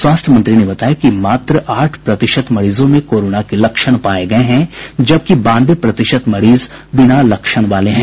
स्वास्थ्य मंत्री ने बताया कि मात्र आठ प्रतिशत मरीजों में कोरोना के लक्षण पाये गये हैं जबकि बानवे प्रतिशत मरीज बिना लक्षण वाले हैं